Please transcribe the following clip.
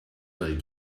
del